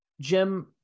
Jim